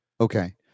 Okay